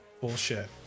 bullshit